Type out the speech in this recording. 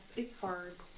it's hard.